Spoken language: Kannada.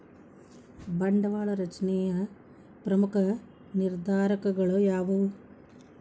ಬಂಡವಾಳ ರಚನೆಯ ಪ್ರಮುಖ ನಿರ್ಧಾರಕಗಳು ಯಾವುವು